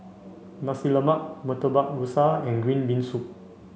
Nasi Lemak Murtabak Rusa and green bean soup